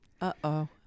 Uh-oh